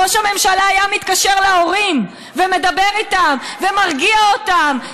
ראש הממשלה היה מתקשר להורים ומדבר איתם ומרגיע אותם,